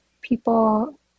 people